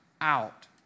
out